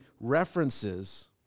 references